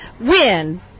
win